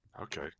Okay